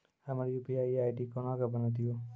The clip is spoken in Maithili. हमर यु.पी.आई आई.डी कोना के बनत यो?